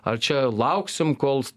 ar čia lauksim kol